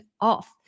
off